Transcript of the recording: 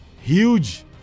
huge